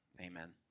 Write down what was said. amen